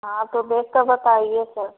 हाँ तो देखकर बताइए सर